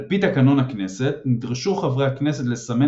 על פי תקנון הכנסת נדרשו חברי הכנסת לסמן